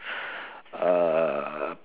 uh